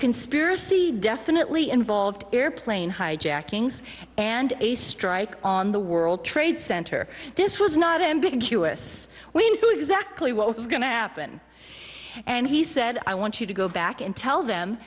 conspiracy definitely involved airplane hijackings and a strike on the world trade center this was not ambiguous we include exactly what's going to happen and he said i want you to go back and tell them